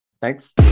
Thanks